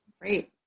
Great